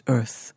Earth